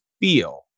feel